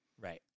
Right